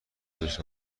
پزشک